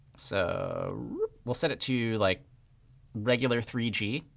so we'll set it to like regular three g.